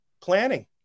planning